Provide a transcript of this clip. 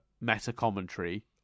meta-commentary